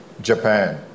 Japan